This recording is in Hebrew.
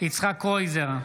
יצחק קרויזר,